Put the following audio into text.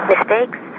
Mistakes